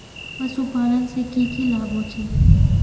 पशुपालन से की की लाभ होचे?